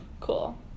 Cool